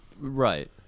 Right